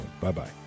Bye-bye